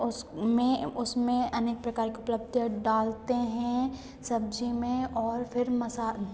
उसमें उसमें अनेक प्रकार की उपलब्धियाँ डालते हैं सब्ज़ी में और फिर मसा